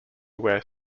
where